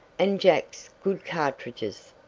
and jack's good cartridges!